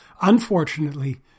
unfortunately